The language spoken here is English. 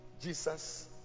Jesus